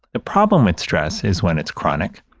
the problem with stress is when it's chronic,